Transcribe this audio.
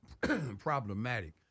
problematic